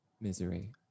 misery